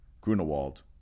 Grunewald